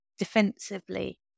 defensively